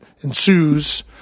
ensues